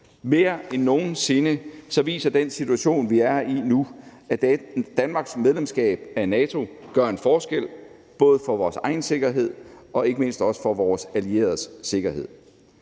Mere end nogen sinde viser den situation, vi er i nu, at Danmarks medlemskab af NATO gør en forskel både for vores egen sikkerhed og ikke mindst også for vores allieredes sikkerhed.